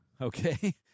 okay